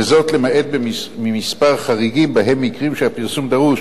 וזאת למעט במספר חריגים ובהם מקרים שהפרסום דרוש